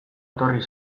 etorri